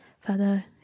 Father